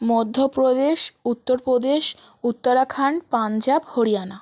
Madhya Pradesh Uttar Pradesh Uttarakhand Punjab Haryana